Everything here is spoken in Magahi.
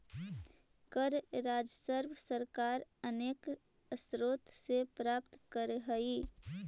कर राजस्व सरकार अनेक स्रोत से प्राप्त करऽ हई